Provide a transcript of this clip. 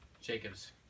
Jacob's